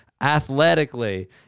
athletically